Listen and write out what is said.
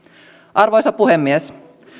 arvoisa puhemies